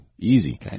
Easy